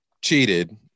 cheated